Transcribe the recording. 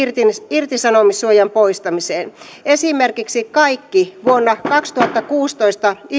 irtisanomissuojan poistamiseen esimerkiksi kaikki vuonna kaksituhattakuusitoista